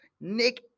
Nick